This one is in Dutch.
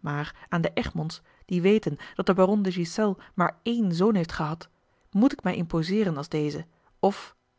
maar aan de egmonds die weten dat de baron de ghiselles maar één zoon heeft gehad moet ik mij imposeeren als dezen of